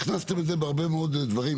הכנסתם את זה בהרבה מאוד דברים.